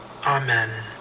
Amen